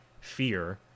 fear